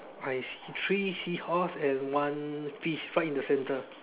I see three seahorse and one fish right in the center